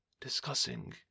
discussing